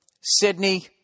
Sydney